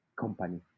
company